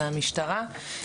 מהמשטרה.